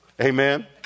Amen